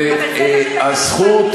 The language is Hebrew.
ודאי שכן,